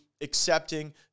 accepting